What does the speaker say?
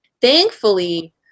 thankfully